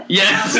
yes